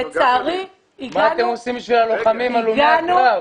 לצערי הגענו -- מה אתם עושים בשביל הלוחמים הלומי הקרב?